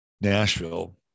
nashville